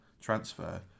transfer